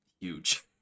huge